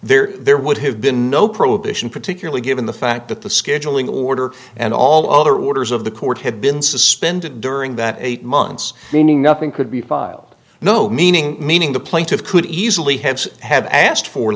there there would have been no prohibition particularly given the fact that the scheduling order and all other orders of the court had been suspended during that eight months meaning nothing could be filed no meaning meaning the plaintiff could easily have had asked for